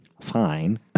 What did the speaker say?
fine